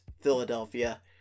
Philadelphia